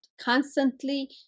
constantly